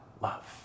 love